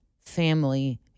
family